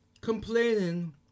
Complaining